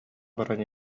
баран